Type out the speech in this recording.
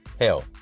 hell